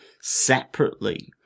separately